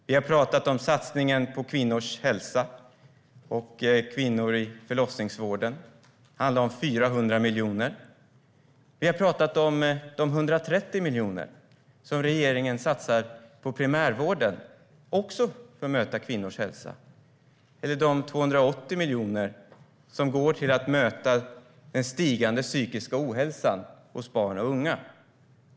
Vi har pratat om satsningen på kvinnors hälsa och kvinnor i förlossningsvården. Det handlar om 400 miljoner. Vi har pratat om de 130 miljoner som regeringen satsar på primärvården, också för att möta kvinnors hälsa, och de 280 miljoner som går till att möta den stigande psykiska ohälsan hos barn och unga.